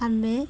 ଆମ୍ଭେ